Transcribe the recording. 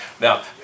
Now